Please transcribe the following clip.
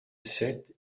sept